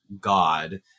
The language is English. God